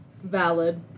Valid